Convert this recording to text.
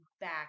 back